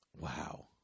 Wow